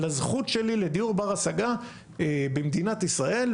לזכות שלי לדיור בר השגה במדינת ישראל,